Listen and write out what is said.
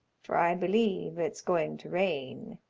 for i believe it's going to rain.